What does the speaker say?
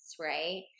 right